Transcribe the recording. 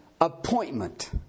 appointment